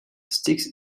sticks